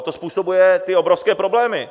To způsobuje ty obrovské problémy.